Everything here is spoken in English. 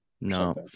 No